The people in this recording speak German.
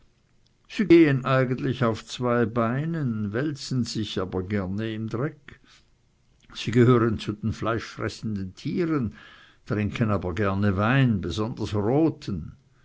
sie gehen eigentlich auf zwei beinen wälzen sich aber gerne im dreck sie gehören zu den fleischfressenden tieren trinken aber gerne wein besonders roten